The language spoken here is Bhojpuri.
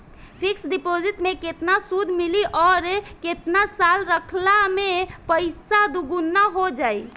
फिक्स डिपॉज़िट मे केतना सूद मिली आउर केतना साल रखला मे पैसा दोगुना हो जायी?